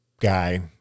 guy